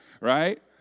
right